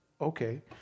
okay